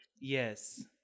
Yes